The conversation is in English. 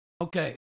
Okay